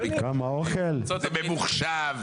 זה ממוחשב.